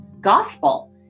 gospel